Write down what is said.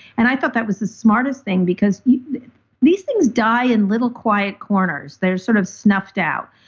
and i thought that was the smartest thing because these things die in little quiet corners. they're sort of snuffed out.